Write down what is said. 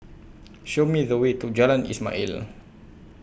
Show Me The Way to Jalan Ismail